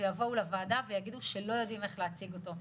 ויבואו לוועדה ויגידו שלא יודעים איך להציג אותו,